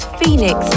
Phoenix